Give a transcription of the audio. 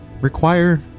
require